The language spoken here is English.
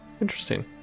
interesting